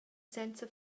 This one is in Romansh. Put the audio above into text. senza